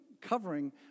covering